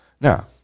Now